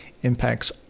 impacts